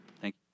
Thank